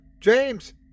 James